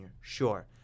Sure